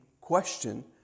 question